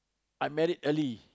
I married early